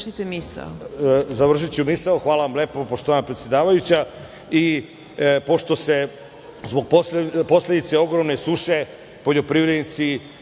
misao.)Završiću misao, hvala vam lepo, poštovana predsedavajuća. Pošto zbog posledica ogromne suše poljoprivrednici